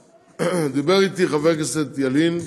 דיבר אתי חבר הכנסת ילין.